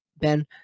Ben